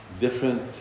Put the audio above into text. different